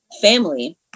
family